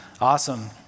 Awesome